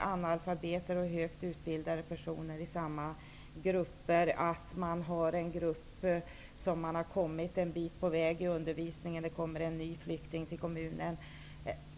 Analfabeter och högt utbildade personer placeras i samma grupper. Man kan ha en grupp som har kommit en bit på väg i undervisningen när en ny flykting kommer till kommunen.